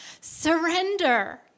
Surrender